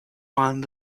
one